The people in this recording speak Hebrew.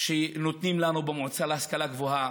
שנותנים לנו במועצה להשכלה גבוהה,